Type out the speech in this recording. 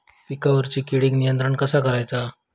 पिकावरची किडीक नियंत्रण कसा करायचा?